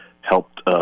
helped